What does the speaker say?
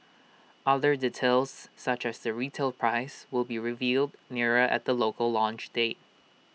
other details such as the retail price will be revealed nearer at the local launch date